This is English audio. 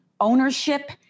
ownership